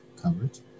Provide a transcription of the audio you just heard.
coverage